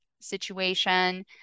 situation